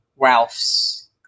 Ralphs